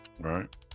Right